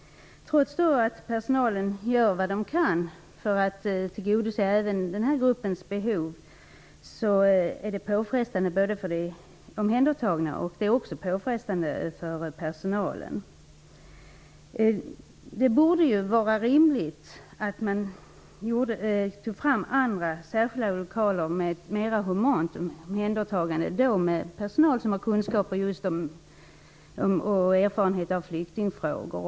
Trots att personalen gör vad den kan för att tillgodose även den här gruppens behov är det påfrestande både för de omhändertagna och för personalen. Det borde vara rimligt att man tar fram andra särskilda lokaler där ett mera humant omhändertagande kan ske. Man skall ha personal med kunskaper och erfarenheter av just flyktingfrågor.